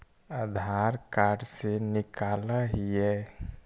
आधार card से निकाल हिऐ?